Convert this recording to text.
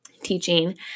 teaching